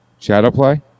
Shadowplay